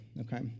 okay